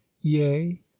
yea